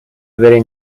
very